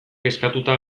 kezkatuta